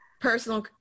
personal